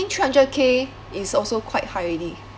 three hundred k is also quite high already